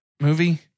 movie